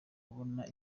kubona